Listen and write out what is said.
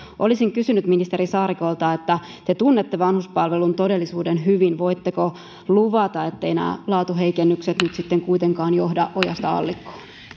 olisin kysynyt ministeri saarikolta te tunnette vanhuspalvelujen todellisuuden hyvin voitteko luvata etteivät nämä laatuheikennykset nyt sitten kuitenkaan johda ojasta allikkoon